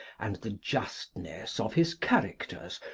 and the justness of his characters,